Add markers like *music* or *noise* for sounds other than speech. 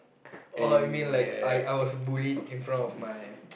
oh you mean like I I was bullied in front of my *noise*